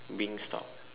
wingstop